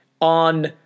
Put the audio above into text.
on